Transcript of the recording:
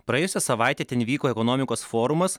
praėjusią savaitę ten vyko ekonomikos forumas